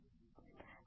કેમ